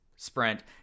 sprint